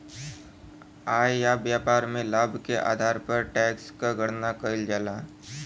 आय या व्यापार में लाभ के आधार पर टैक्स क गणना कइल जाला